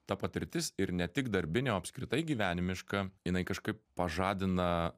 ta patirtis ir ne tik darbinė o apskritai gyvenimiška jinai kažkaip pažadina